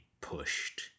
pushed